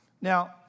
now